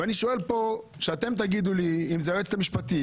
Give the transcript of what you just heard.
ואני שואל כדי שאתם תגידו לי אם זו היועצת המשפטית,